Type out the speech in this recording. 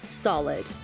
Solid